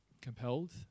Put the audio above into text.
compelled